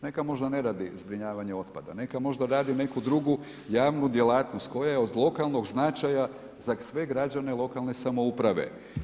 Neke možda ne radi zbrinjavanje otpada, neka možda radi neku drugu javnu djelatnost, koja je od lokalnog značaja, za sve građane lokalne samouprave.